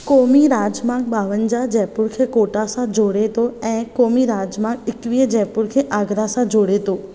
क़ोमी राजमार्ग ॿावंजाह जयपुर खे कोटा सां जोड़े थो ऐं क़ोमी राजमार्ग एकवीह जयपुर खे आगरा सां जोड़े थो